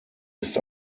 ist